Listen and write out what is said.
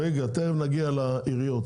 רגע, תכף נגיע לעיריות.